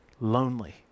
lonely